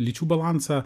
lyčių balansą